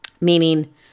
Meaning